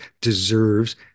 deserves